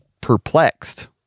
perplexed